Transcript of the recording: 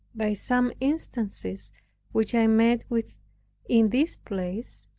by some instances which i met with in this place,